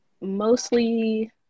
mostly